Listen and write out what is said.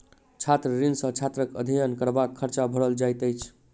छात्र ऋण सॅ छात्रक अध्ययन करबाक खर्च भरल जाइत अछि